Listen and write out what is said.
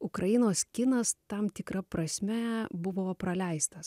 ukrainos kinas tam tikra prasme buvo praleistas